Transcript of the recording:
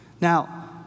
Now